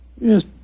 Yes